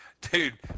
Dude